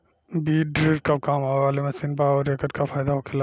बीज ड्रील कब काम आवे वाला मशीन बा आऊर एकर का फायदा होखेला?